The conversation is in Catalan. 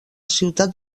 ciutat